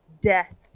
Death